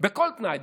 בכל תנאי,